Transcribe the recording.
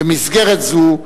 במסגרת זו,